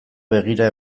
begira